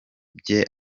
bye